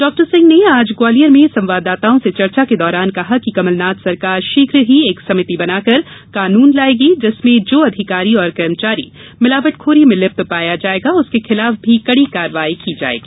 डॉ सिंह ने आज ग्वालियर में संवाददाताओं से चर्चा के दौरान कहा कि कमलनाथ सरकार शीघ्र ही एक सभिति बनाकर कानून लायेगी जिसमें जो अधिकारी एवं कर्मचारी भिलावटखोरी में लिप्त पाया जायेगा उसके खिलाफ भी कड़ी कार्रवाई की जायेगी